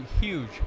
huge